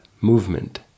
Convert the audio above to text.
movement